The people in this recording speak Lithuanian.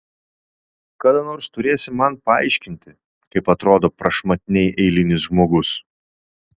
kada nors turėsi man paaiškinti kaip atrodo prašmatniai eilinis žmogus